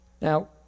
Now